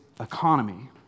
economy